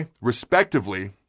respectively